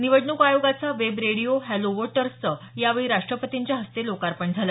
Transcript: निवडणूक आयोगाचा web radio hello voters चं यावेळी राष्ट्रपतींच्या हस्ते लोकार्पण झालं